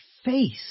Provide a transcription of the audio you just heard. Face